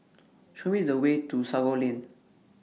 Show Me The Way to Sago Lane